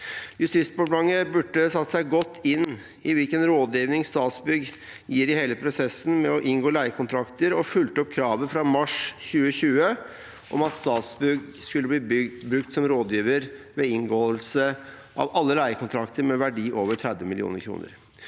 Justisdepartementet burde satt seg godt inn i hvilken rådgivning Statsbygg gir i hele prosessen med å inngå leiekontrakter og fulgt opp kravet fra mars 2020 om at Statsbygg skulle bli brukt som rådgiver ved inngåelse av alle leiekontrakter med verdi over 30 mill. kr.